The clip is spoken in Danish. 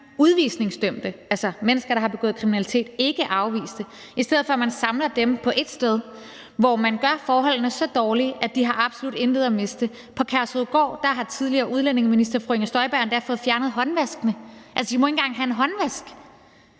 udvisningsdømte, altså mennesker, der har begået kriminalitet, ikke afviste, på et sted, hvor man gør forholdene så dårlige, at de absolut intet har at miste. På Kærshovedgård har tidligere udlændingeminister fru Inger Støjberg endda fået fjernet håndvaskene, altså de må ikke engang have en håndvask.